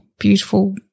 beautiful